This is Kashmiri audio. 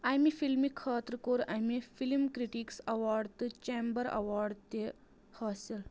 امہِ فِلمہِ خٲطرٕ کوٚر امہِ فَلم کِرٛٹِکِس ایٚوارڈ تہٕ چیٚمبَر ایٚوارڈ تہِ حٲصِل